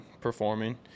performing